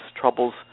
troubles